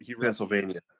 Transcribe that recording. Pennsylvania